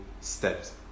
steps